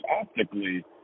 optically